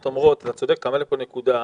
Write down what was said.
אתה צודק, הצגת פה נקודה,